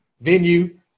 venue